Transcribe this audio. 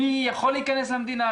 מי יכול להיכנס למדינה,